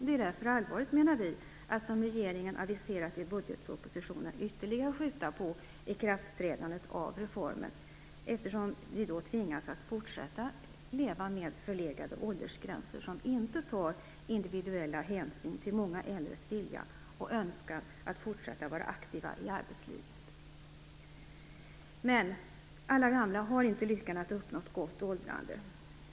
Det är därför allvarligt att, som regeringen aviserat i budgetpropositionen, ytterligare skjuta på ikraftträdandet av reformen, eftersom vi då tvingas fortsätta att leva med förlegade åldersgränser, som inte tar individuella hänsyn till många äldres vilja och önskan att fortsätta att vara aktiva i arbetslivet. Men alla gamla har inte lyckan att uppnå ett gott åldrande.